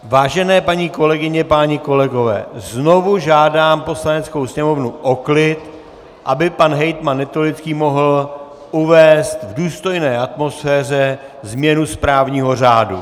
Vážené paní kolegyně, páni kolegové, znovu žádám Poslaneckou sněmovnu o klid, aby pan hejtman Netolický mohl uvést v důstojné atmosféře změnu správního řádu.